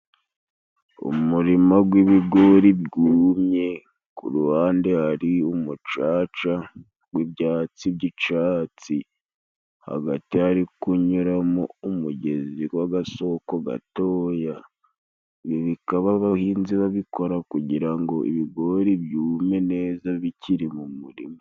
Umurima gw'ibigori bwumye. ku ruhande hari umucaca gw'ibyatsi by'icatsi. Hagati hari kunyuramo umugezi w'agasoko gatoya. Ibi bikaba abahinzi babikora kugira ngo ibigori byume neza bikiri mu murima.